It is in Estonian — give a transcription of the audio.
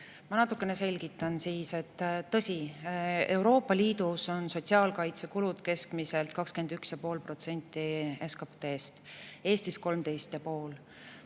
Ma natukene selgitan. Tõsi, Euroopa Liidus on sotsiaalkaitsekulud keskmiselt 21,5% SKT-st, Eestis 13,5%.